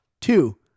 Two